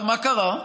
מה קרה?